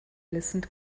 listened